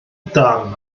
darn